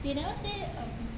they never say um